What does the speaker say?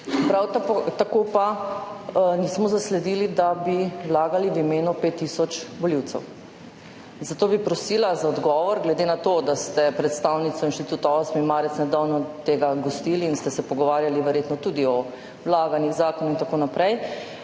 Prav tako pa nismo zasledili, da bi ga vlagali v imenu 5 tisoč volivcev. Zato bi prosila za odgovor, glede na to, da ste predstavnico Inštituta 8. marec nedavno tega gostili in ste se pogovarjali verjetno tudi o vlaganju zakonov in tako naprej,